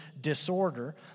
disorder